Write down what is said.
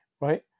Right